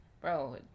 bro